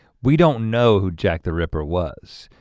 we don't know who jack the ripper was.